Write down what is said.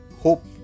hope